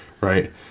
right